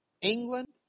England